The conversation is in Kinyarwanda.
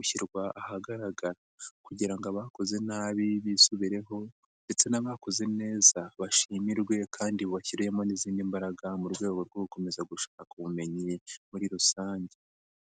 ushyirwa ahagaragara kugira ngo abakoze nabi bisubireho ndetse n'abakoze neza bashimirwe kandi bashyiremo n'izindi mbaraga mu rwego rwo gukomeza gushaka ubumenyi muri rusange.